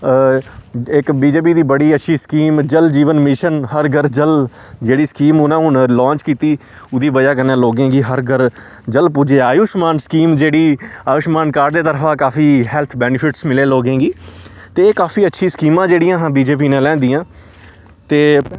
इक बीजेपी दी बड़ी अच्छी स्कीम जल जीवन मिशन हर घर जल जेह्ड़ी स्कीम उनें हून लांच कीती ओह्दी बजह कन्नै लोकें गी हर घर जल पुज्जेआ आयुश्मान स्कीम जेह्ड़ी आयुश्मान कार्ड दी तरफा काफी हैल्थ बैनिफिट्स मिले लोकें गी ते एह् काफी अच्छी स्कीमां जेह्ड़ियां हियां बीजेपी ने लैंंदियां ते